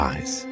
Eyes